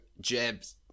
Jabs